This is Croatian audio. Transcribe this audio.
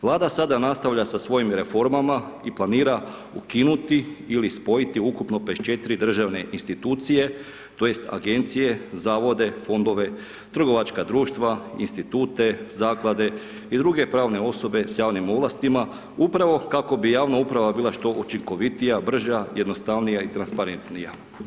Vlada sada nastavlja sa svojim reformama i planira ukinuti ili spojiti ukupno 54 državne institucije tj. agencije, zavode, fondove, trgovačka društva, institute, zaklade i druge pravne osobe sa javnim ovlastima upravo kako bi javna uprava bila što učinkovitija, brža, jednostavnija i transparentnija.